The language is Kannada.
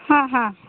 ಹಾಂ ಹಾಂ